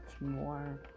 more